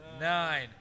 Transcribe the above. nine